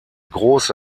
große